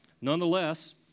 Nonetheless